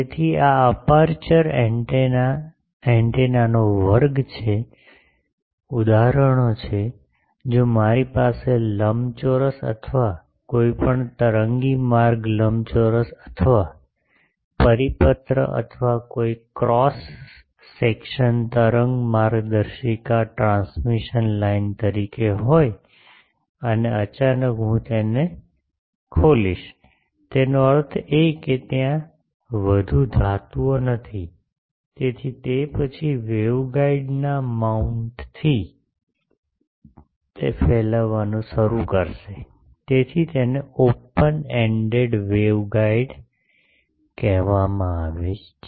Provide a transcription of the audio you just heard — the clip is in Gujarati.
તેથી આ અપેરચ્યોર એન્ટેના એન્ટેનાનો વર્ગ છે ઉદાહરણો છે જો મારી પાસે લંબચોરસ અથવા કોઈપણ તરંગી માર્ગ લંબચોરસ અથવા પરિપત્ર અથવા કોઈ ક્રોસ સેક્શન તરંગ માર્ગદર્શિકા ટ્રાન્સમિશન લાઇન તરીકે હોય અને અચાનક હું તેને ખોલીશ તેનો અર્થ એ કે ત્યાં વધુ ધાતુઓ નથી તેથી તે પછી વેવગાઇડના માઉન્ટથી તે ફેલાવાનું શરૂ કરશે તેથી તેને open ended wave guided antenna કહેવામાં આવે છે